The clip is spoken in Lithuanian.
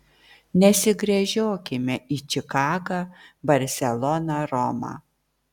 nesigręžiokime į čikagą barseloną romą